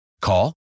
Call